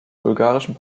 bulgarischen